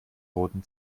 roten